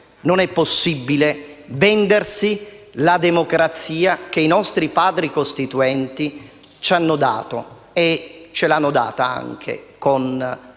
non è possibile vendersi la democrazia che i nostri Padri costituenti ci hanno dato, e ce l'hanno data anche con il sangue.